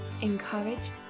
encouraged